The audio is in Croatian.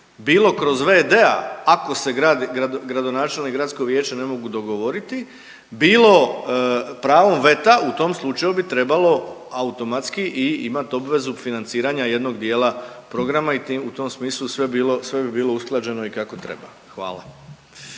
bilo kroz vd-a, ako se grad i gradonačelnik i gradsko vijeće ne mogu dogovoriti bilo pravom veta u tom slučaju bi trebalo automatski i imat obvezu financiranja jednog dijela programa i u tom smislu sve bi bilo usklađeno i kako treba. Hvala.